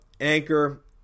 Anchor